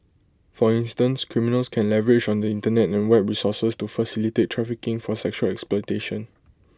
for instance criminals can leverage on the Internet and web resources to facilitate trafficking for sexual exploitation